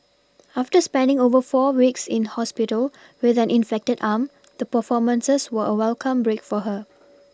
after spending over four weeks in hospital with an infected arm the performances were a welcome break for her